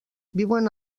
viuen